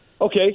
Okay